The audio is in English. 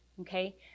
Okay